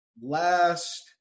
last